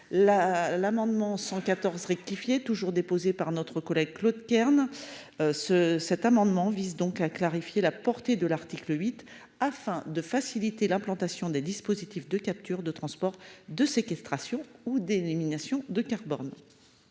l'amendement 114 rectifier toujours déposé par notre collègue Claude Kern. Ce, cet amendement vise donc à clarifier la portée de l'article 8, afin de faciliter l'implantation des dispositifs de capture de transport de séquestration ou d'élimination de carbone.